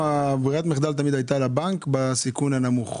ברירת המחדל תמיד הייתה לבנק, הפקדה בסיכון נמוך.